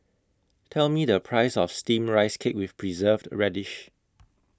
Tell Me The Price of Steamed Rice Cake with Preserved Radish